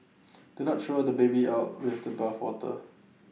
do not throw the baby out with the bathwater